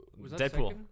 Deadpool